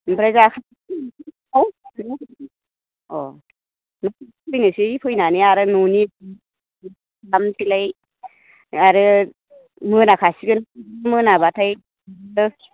आमफ्राय जाखां अ फैनोसै फैनानै आरो न'नि खालामसैलाय आरो मोना खासिगोन मोनाबाथाय बिदिनो